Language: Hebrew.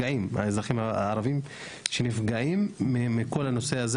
האזרחים הערביים שנפגעים מכל הנושא הזה